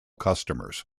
customers